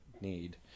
need